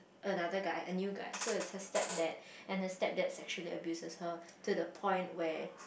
another guy a new guy so it's her stepdad and her stepdad actually abuses her to the point where